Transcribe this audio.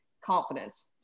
confidence